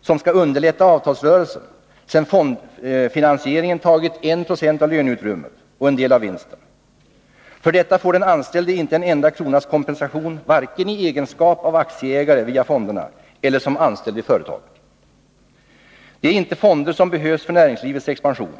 som skall underlätta avtalsrörelsen, sedan fondfinansieringen tagit 196 av löneutrymmet och en del av vinsten. För detta får den anställde inte en enda kronas kompensation vare sig i egenskap av ”aktieägare” — via fonderna — eller som anställd vid företaget. Det är inte fonder som behövs för näringslivets expansion.